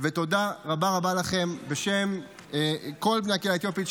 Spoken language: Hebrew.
ותודה רבה רבה לכן בשם כל בני הקהילה האתיופית,